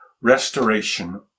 restoration